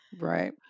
right